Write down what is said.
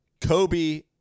Kobe